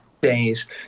days